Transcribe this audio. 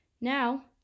now